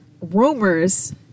rumors